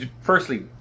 Firstly